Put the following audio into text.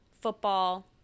football